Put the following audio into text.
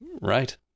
Right